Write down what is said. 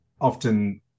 often